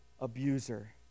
abuser